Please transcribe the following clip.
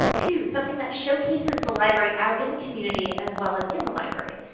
two, something that showcases the library out in the community as well as in the library.